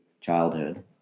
childhood